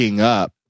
up